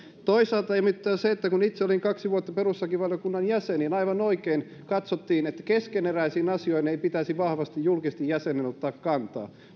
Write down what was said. toisaalta ihmetyttää se että kun itse olin kaksi vuotta perustuslakivaliokunnan jäsen niin aivan oikein katsottiin että perustuslakivaliokunnassa keskeneräisiin asioihin ei pitäisi vahvasti julkisesti jäsenen ottaa kantaa